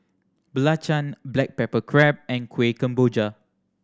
belacan black pepper crab and Kueh Kemboja